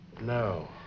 No